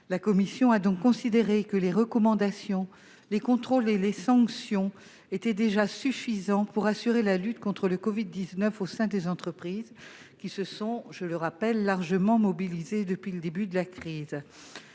La commission a donc considéré que les recommandations, les contrôles et les sanctions étaient déjà suffisants pour assurer la lutte contre la covid-19 au sein des entreprises, qui se sont largement mobilisées depuis le début de la crise.